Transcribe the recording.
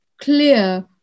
clear